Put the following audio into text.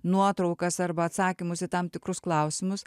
nuotraukas arba atsakymus į tam tikrus klausimus